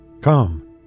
come